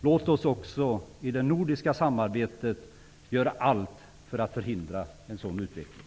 Låt oss också i det nordiska samarbetet göra allt för att förhindra en sådan utveckling.